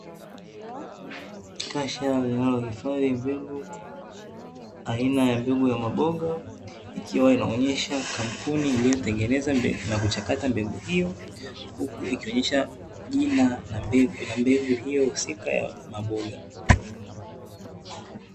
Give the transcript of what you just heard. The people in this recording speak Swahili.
Kasha linalohifadhi mbegu aina ya mbegu ya maboga, ikiwa inaonyesha kampuni iliyotengeneza na kuchakata mbegu hiyo huku ikionyesha jina la mbegu hiyo husika ya maboga.